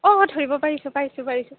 অঁ অঁ ধৰিব পাৰিছোঁ পাৰিছোঁ পাৰিছোঁ